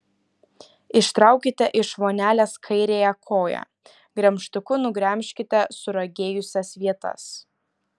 ištraukite iš vonelės kairiąją koją gremžtuku nugremžkite suragėjusias vietas